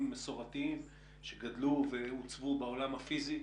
מסורתיים שגדלו ועוצבו בעולם הפיזי.